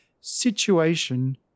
situation